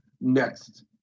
next